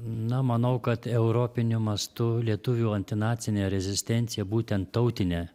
na manau kad europiniu mastu lietuvių antinacinę rezistenciją būtent tautinę